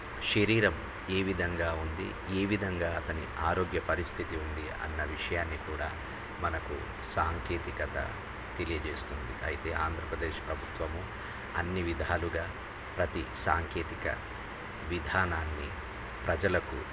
శరీరం ఏ విధంగా ఉంది ఏ విధంగా అతని ఆరోగ్య పరిస్థితి ఉంది అన్న విషయాన్ని కూడా మనకు సాంకేతికత తెలియచేస్తుంది అయితే ఆంధ్రప్రదేశ్ ప్రభుత్వము అన్ని విధాలుగా ప్రతి సాంకేతికత విధానాన్ని ప్రజలకు